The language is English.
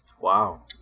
Wow